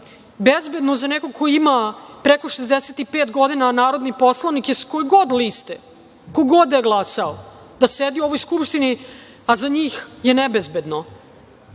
bezbedno za nekog ko ima preko 65 godina, a narodni poslanik je, s koje god liste, ko god da je glasao, da sedi u ovoj Skupštini, a za njih je nebezbedno